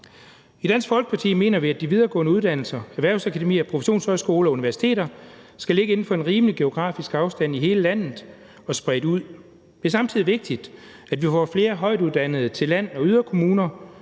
I Dansk Folkeparti mener vi, at de videregående uddannelser, erhvervsakademier, professionshøjskoler og universiteter, skal ligge inden for en rimelig geografisk afstand i hele landet og være spredt ud. Det er samtidig vigtigt, at vi får flere højtuddannede til land- og yderkommunerne.